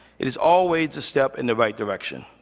it is always a step in the right direction.